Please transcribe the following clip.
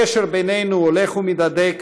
הקשר בינינו הולך ומתהדק